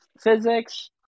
physics